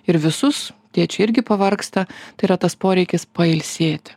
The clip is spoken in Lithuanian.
ir visus tėčiai irgi pavargsta tai yra tas poreikis pailsėti